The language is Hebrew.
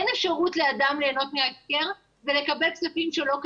אין אפשרות לאדם ליהנות מההפקר ולקבל כספים שלא כדין.